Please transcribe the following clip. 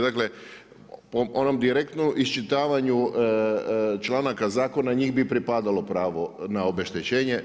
Dakle, u onom direktnom iščitavanju članaka zakona, njih bi pripadalo pravo na obeštećenje.